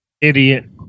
Idiot